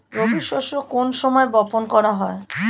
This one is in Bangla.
রবি শস্য কোন সময় বপন করা হয়?